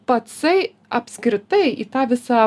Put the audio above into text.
pacai apskritai į tą visą